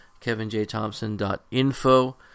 kevinjthompson.info